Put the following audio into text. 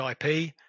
IP